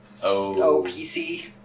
OPC